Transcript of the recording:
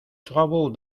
travaux